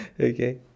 Okay